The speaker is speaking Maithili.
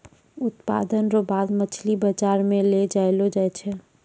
उत्पादन रो बाद मछली बाजार मे लै जैलो जाय छै